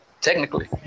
technically